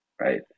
right